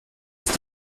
ist